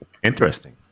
Interesting